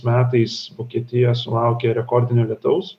metais vokietija sulaukė rekordinio lietaus